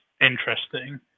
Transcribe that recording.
interesting